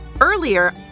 Earlier